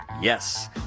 Yes